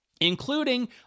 including